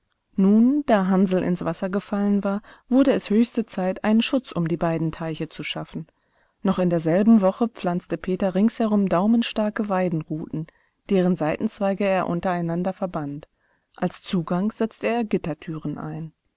nun da hansl ins wasser gefallen war wurde es höchste zeit einen schutz um die beiden teiche zu schaffen noch in derselben woche pflanzte peter ringsherum daumenstarke weidenruten deren seitenzweige er untereinander verband als zugang setzte er gittertüren ein